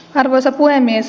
arvoisa puhemies